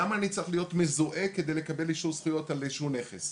למה אני צריך להיות מזוהה כדי לקבל אישור זכויות על איזשהו נכס?